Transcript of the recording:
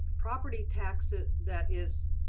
property taxes that is